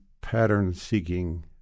pattern-seeking